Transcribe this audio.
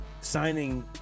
signing